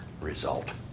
result